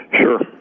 Sure